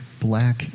black